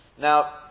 Now